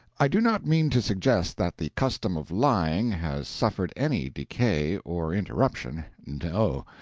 i do not mean to suggest that the custom of lying has suffered any decay or interruption no,